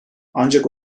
ancak